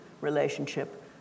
relationship